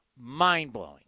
mind-blowing